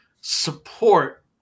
support